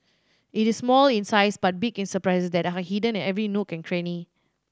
it is small in size but big in surprises that are hidden in every nook and cranny